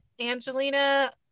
Angelina